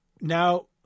now